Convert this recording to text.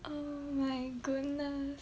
oh my goodness